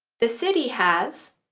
the city has